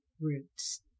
roots